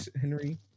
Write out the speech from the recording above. henry